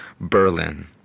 Berlin